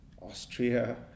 Austria